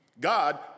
God